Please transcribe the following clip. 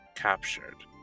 captured